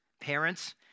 parents